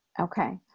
Okay